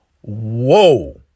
whoa